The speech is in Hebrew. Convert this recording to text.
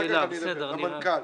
שאלה למנכ"ל.